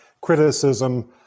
criticism